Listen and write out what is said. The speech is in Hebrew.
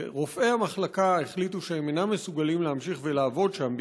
שרופאי המחלקה החליטו שהם אינם מסוגלים להמשיך ולעבוד שם,